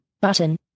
Button